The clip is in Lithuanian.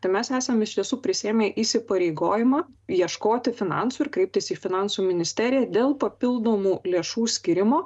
tai mes esam iš tiesų prisiėmė įsipareigojimą ieškoti finansų ir kreiptis į finansų ministeriją dėl papildomų lėšų skyrimo